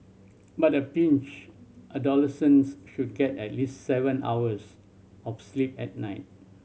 but a pinch adolescents should get at least seven hours of sleep at night